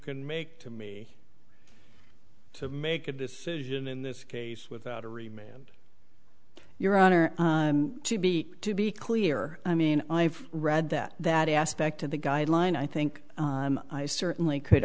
can make to me to make a decision in this case without a remained your honor to be clear i mean i've read that that aspect of the guideline i think i certainly could